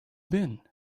been